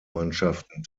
mannschaften